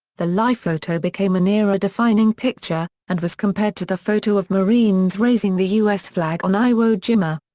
the life photo became an era-defining picture and was compared to the photo of marines raising the u s. flag on iwo jima.